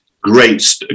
great